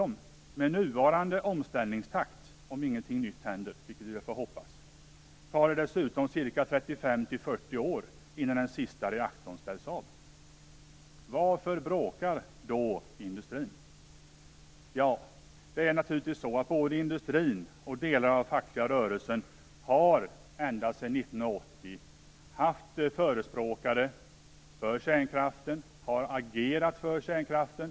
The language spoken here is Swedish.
Med nuvarande omställningstakt - om ingenting nytt händer, vilket vi får hoppas - tar det dessutom 35-40 år innan den sista reaktorn ställs av. Varför bråkar då industrin? Både industrin och delar av den fackliga rörelsen har ända sedan 1980 förespråkat kärnkraften och agerat för kärnkraften.